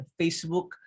Facebook